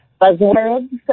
buzzwords